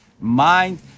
mind